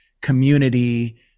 community